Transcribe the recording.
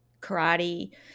karate